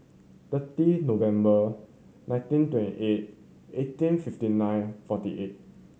thirty November nineteen twenty eight eighteen fifty nine forty eight